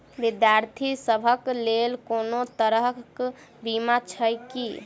विद्यार्थी सभक लेल कोनो तरह कऽ बीमा छई की?